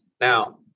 Now